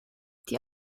die